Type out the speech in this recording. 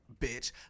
bitch